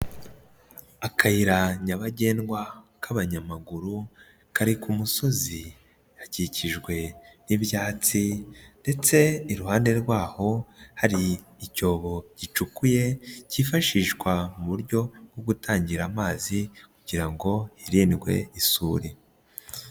Akayira nyabagendwa k'abanyamaguru, kari ku musozi, gakikijwe n'ibyatsi, ndetse iruhande rwaho hari icyobo gicukuye, kifashishwa mu buryo bwo gutangira amazi, kugira ngo hirindwe isuri.